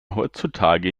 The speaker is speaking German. heutzutage